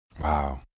Wow